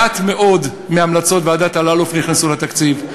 מעט מאוד מהמלצות ועדת אלאלוף נכנסו לתקציב.